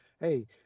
hey